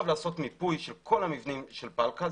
לעשות מיפוי של כל המבנים של הפלקל.